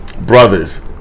brothers